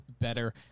better